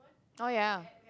oh ya